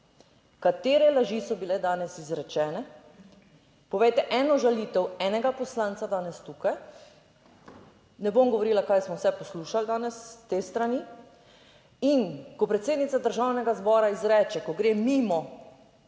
katere laži so bile danes izrečene, povejte eno žalitev enega poslanca danes tukaj. Ne bom govorila kaj smo vse poslušali danes s te strani. In ko predsednica Državnega zbora izreče, ko gre mimo